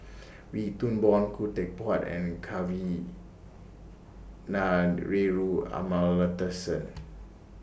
Wee Toon Boon Khoo Teck Puat and Kavignareru Amallathasan